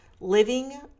living